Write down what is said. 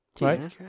right